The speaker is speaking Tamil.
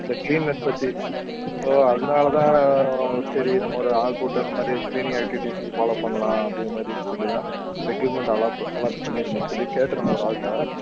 அந்த க்ளீன்னஸ் பற்றி ஸோ அதனால தான் ஒரு சரி நம்ம ஒரு ஆளு போட்டு அந்த மாதிரி க்ளீனிங் ஆக்ட்டிவிட்டீஸ்ஸுக்கு ஃபாலோ பண்ணலாம் அப்படிங்கற மாதிரி சொல்லி தான் ரெக்யூர்மெண்ட் அலாட்டு அலாட் பண்ணிருந்தேன் சொல்லி கேட்டுருந்தேன் ஒரு ஆள்கிட்ட